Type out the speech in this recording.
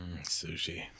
Sushi